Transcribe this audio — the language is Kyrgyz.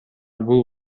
бул